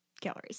calories